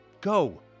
Go